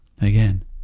Again